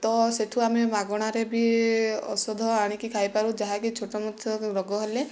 ତ ସେଠୁ ଆମେ ମାଗଣାରେ ବି ଔଷଧ ଆଣିକି ଖାଇପାରୁ ଯାହାକିଛି ଛୋଟ ମୋଟ ରୋଗ ହେଲେ